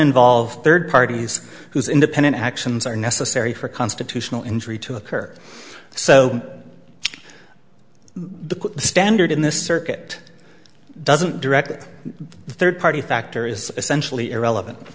involve third parties whose independent actions are necessary for constitutional injury to occur so the standard in this circuit doesn't directly third party factor is essentially irrelevant